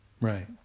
Right